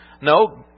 No